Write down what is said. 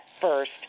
first